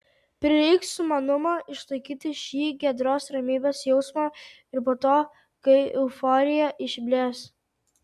prireiks sumanumo išlaikyti šį giedros ramybės jausmą ir po to kai euforija išblės